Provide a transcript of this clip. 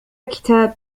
كتاب